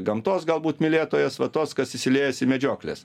gamtos galbūt mylėtojas va tos kas įsiliejęs į medžiokles